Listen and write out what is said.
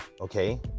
okay